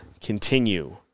continue